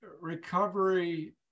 recovery